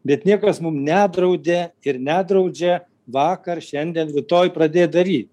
bet niekas mum nedraudė ir nedraudžia vakar šiandien rytoj pradėt daryt